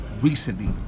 recently